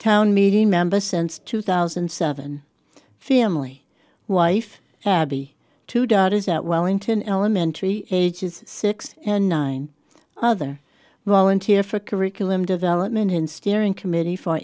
town meeting member since two thousand and seven family wife abby two daughters at wellington elementary ages six and nine other volunteer for curriculum development in steering committee for